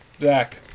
Zach